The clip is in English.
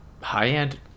high-end